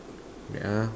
wait ah